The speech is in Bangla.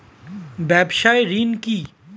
ব্যবসায় ঋণ কি?